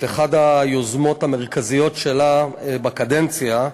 את אחת היוזמות המרכזיות שלה בקדנציה,